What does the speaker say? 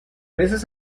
veces